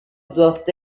doivent